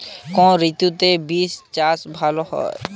কোন ঋতুতে বিন্স চাষ ভালো হয়?